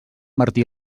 martí